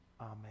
Amen